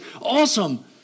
awesome